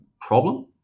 problem